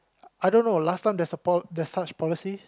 I don't know last time there's a pol~ there's such policy